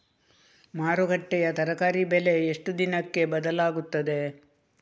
ಮಾರುಕಟ್ಟೆಯ ತರಕಾರಿ ಬೆಲೆ ಎಷ್ಟು ದಿನಕ್ಕೆ ಬದಲಾಗುತ್ತದೆ?